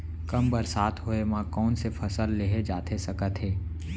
कम बरसात होए मा कौन से फसल लेहे जाथे सकत हे?